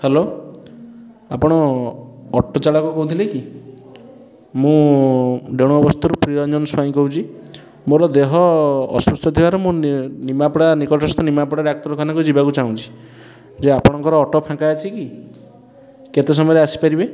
hello ଆପଣ auto ଚାଳକ କହୁଥିଲେ କି ମୁଁ ବେଣୁଆ ବସ୍ତିରୁ ପ୍ରିୟରଞ୍ଜନ ସ୍ୱାଇଁ କହୁଛି ମୋର ଦେହ ଅସୁସ୍ଥ ଥିବାରୁ ମୁଁ ନି ନିମାପଡ଼ା ନିକଟସ୍ତ ନିମାପଡ଼ା ଡାକ୍ତରଖାନାକୁ ଜିବାକୁ ଚାହୁଁଛି ଜେ ଆପଣଙ୍କର ଅଟୋ ଫାଙ୍କା ଅଛି କି କେତେ ସମୟରେ ଆସି ପାରିବେ